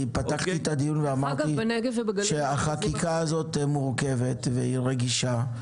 אני פתחתי את הדיון ואמרתי שהחקיקה הזאת תהיה מורכבת והיא רגישה,